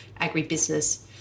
agribusiness